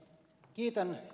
kiitän ed